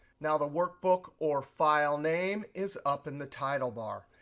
now, the workbook or file name is up in the title bar.